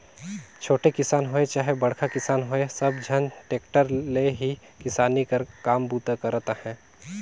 छोटे किसान होए चहे बड़खा किसान होए सब झन टेक्टर ले ही किसानी कर काम बूता करत अहे